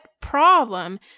problem